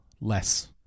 less